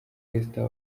esther